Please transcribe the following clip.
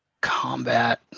combat